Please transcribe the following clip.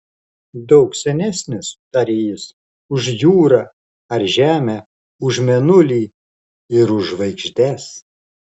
daug senesnis tarė jis už jūrą ar žemę už mėnulį ir už žvaigždes